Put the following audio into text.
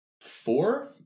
four